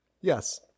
Yes